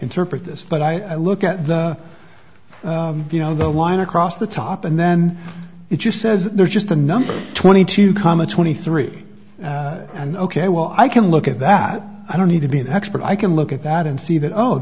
interpret this but i look at the you know the line across the top and then it just says there's just a number twenty two comma twenty three and ok well i can look at that i don't need to be the expert i can look at that and see that oh